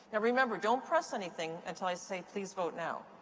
and remember, don't press anything until i say please vote now.